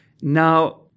Now